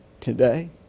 today